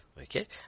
Okay